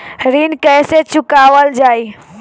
ऋण कैसे चुकावल जाई?